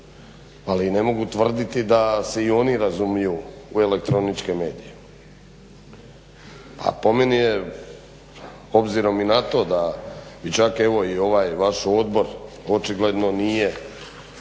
ali ne mogu tvrditi da se i oni razumiju u elektroničke medije. A po meni je obzirom i na to da ni čak evo i ovaj vaš odbor očigledno nije